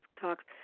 talks